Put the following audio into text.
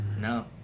no